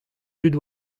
dud